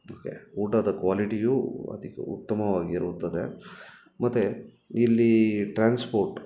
ಊಟದ ಕ್ವಾಲಿಟಿಯೂ ಅಧಿಕ ಉತ್ತಮವಾಗಿರುತ್ತದೆ ಮತ್ತೆ ಇಲ್ಲಿ ಟ್ರಾನ್ಸ್ಪೋಟ್